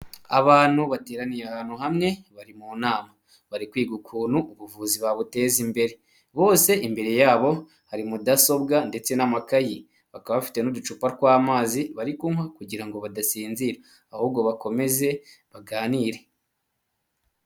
Abantu bateraniye ahantu hamwe bari mu nama, bari kwiga ukuntu ubuvuzi babuteza imbere, bose imbere yabo hari mudasobwa ndetse n'amakayi bakaba bafite n'uducupa tw'amazi bari kunywa kugira ngo badasinzira ahubwo bakomeze baganire.